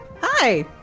Hi